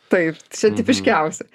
taip čia tipiškiausia